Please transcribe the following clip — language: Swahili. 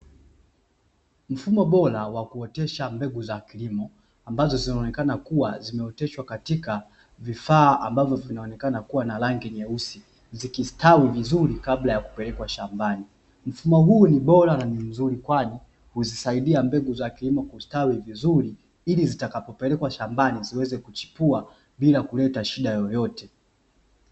Mfumo bora wa kuotesha mbegu za kilimo ambazo zinaonekana kuwa zimeoteshwa katika vifaa ambavyo vinaonekana kuwa na rangi nyeusi, zikistawi vizuri kabla ya kupelekwa shambani. Mfumo huu ni bora na ni mzuri kwani huzisaidia mbegu za kilimo kustawi vizuri ili zitakapopelekwa shambani ziweze kuchipua bila kuleta shida yoyote.